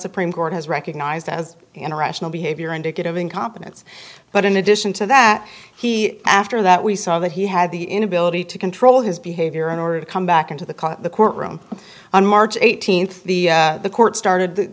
supreme court has recognized as an irrational behavior indicative incompetence but in addition to that he after that we saw that he had the inability to control his behavior in order to come back into the call of the court room on march eighteenth the court started